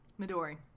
Midori